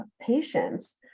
patients